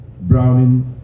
Browning